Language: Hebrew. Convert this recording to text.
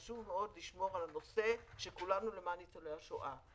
חשוב מאוד לשמור על הנושא של כולנו למען ניצולי השואה.